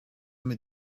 mit